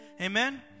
amen